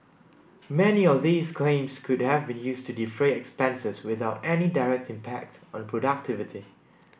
many of these claims could have been used to defray expenses without any direct impact on productivity